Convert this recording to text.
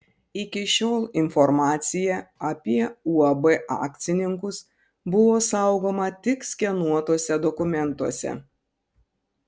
iki šiol informacija apie uab akcininkus buvo saugoma tik skenuotuose dokumentuose